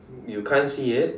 you can't see it